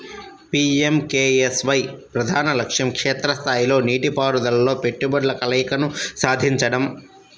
PMKSY ప్రధాన లక్ష్యం క్షేత్ర స్థాయిలో నీటిపారుదలలో పెట్టుబడుల కలయికను సాధించడం